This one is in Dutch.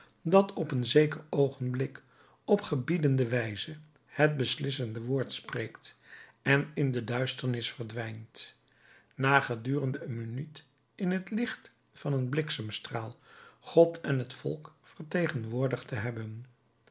dat op een zeker oogenblik op gebiedende wijze het beslissende woord spreekt en in de duisternis verdwijnt na gedurende een minuut in het licht van een bliksemstraal god en het volk vertegenwoordigd te hebben